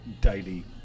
daily